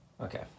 Okay